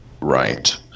Right